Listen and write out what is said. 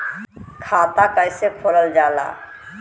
खाता कैसे खोलल जाला?